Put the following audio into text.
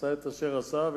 עשה את אשר עשה,